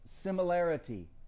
similarity